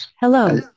Hello